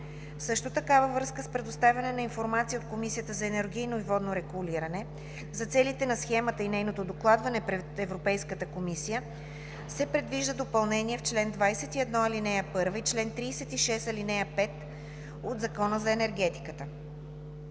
Също така във връзка с предоставяне на информация от Комисията за енергийно и водно регулиране за целите на схемата и нейното докладване пред Европейската комисия се предвижда допълнение в чл. 21, ал. 1 и чл. 36, ал. 5 от Закона за енергетиката.